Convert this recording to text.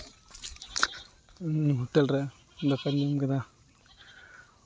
hotel ᱨᱮ ᱫᱟᱠᱟᱧ ᱡᱚᱢ ᱠᱮᱫᱟ